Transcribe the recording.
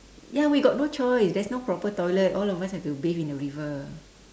ya we got no choice there's no proper toilet all of us have to bathe in the river